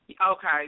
okay